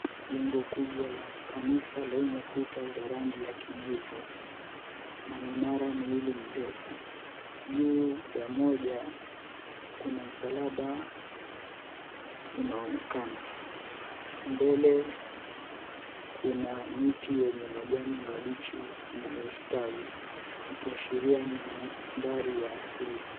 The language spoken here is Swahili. Jengo kubwa la kanisa lenye kuta za rangi ya kijivu na minara miwili mirefu. Juu ya moja kuna msalaba unaonekana. Mbele kuna miti yenye majani mabichi inayostawi, ikiashiria mandhari ya asili.